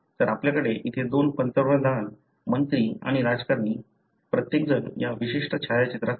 तर आपल्याकडे इथे दोन पंतप्रधान मंत्री आणि राजकारणी प्रत्येकजण या विशिष्ट छायाचित्रात आहे